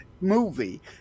movie